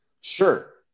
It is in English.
sure